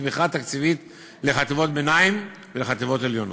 תמיכה תקציבית לחטיבות ביניים ולחטיבות עליונות.